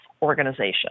Organization